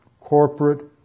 corporate